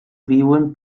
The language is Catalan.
viuen